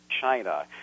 China—